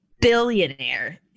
billionaire